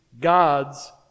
God's